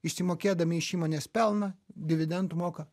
išsimokėdami iš įmonės pelną dividendų moka